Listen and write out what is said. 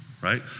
right